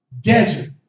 desert